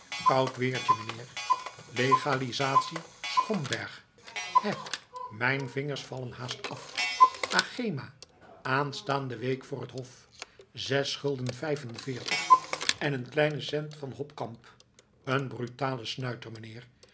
kist koud weertje meneer legalisatie schomberg hè mijn vingers vallen haast af agema aanstaande week voor het hof zes gulden vijf-en-veertig en een kleinen cent van hopkamp een brutale snuiter